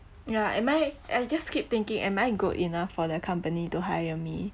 yeah am I I just keep thinking am I good enough for the company to hire me